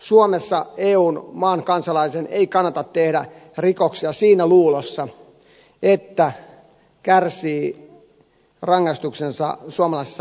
suomessa eu maan kansalaisen ei kannata tehdä rikoksia siinä luulossa että hän kärsii rangaistuksensa suomessa